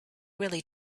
really